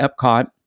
epcot